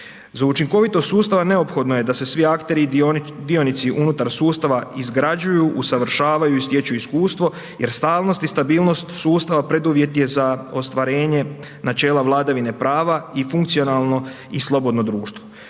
Za učinkovitost sustava neophodno je da se svi akteri i dionici unutar sustav izgrađuju, usavršavaju i stječu iskustvo jer stalnost i stabilnost sustava preduvjet je za ostvarenje načela vladavine prava i funkcionalno i slobodno društvo.